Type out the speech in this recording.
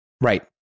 Right